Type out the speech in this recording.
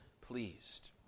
pleased